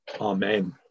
Amen